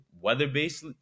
weather-based